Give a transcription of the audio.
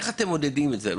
אבל איך אתם מודדים את זה?